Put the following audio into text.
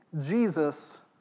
Jesus